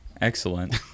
excellent